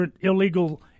illegal